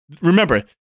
Remember